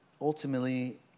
ultimately